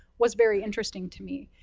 was very interesting to me.